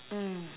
mm